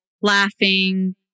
laughing